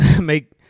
make